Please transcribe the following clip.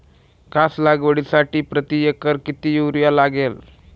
घास लागवडीसाठी प्रति एकर किती युरिया लागेल?